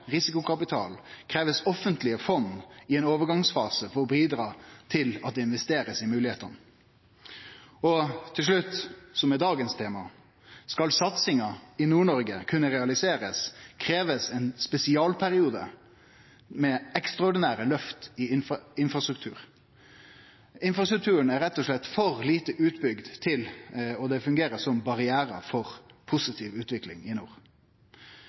risikokapital, blir det kravd offentlege fond i ein overgangsfase for å bidra til at det blir investert i moglegheitene. Til slutt – det som er dagens tema: Skal satsinga i Nord-Noreg kunne realiserast, blir det kravd ein spesialperiode med ekstraordinære løft i infrastruktur. Infrastrukturen er rett og slett for lite utbygd, og det fungerer som barrierar for positiv utvikling i nord.